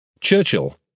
Churchill